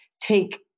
take